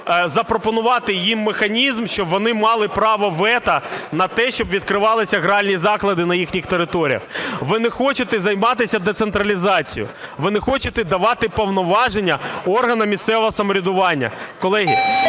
запропонувати їм механізм, щоб вони мали право вето на те, щоб відкривалися гральні заклади на їхніх територіях. Ви не хочете займатися децентралізацією. Ви не хочете давати повноваження органам місцевого самоврядування. Колеги,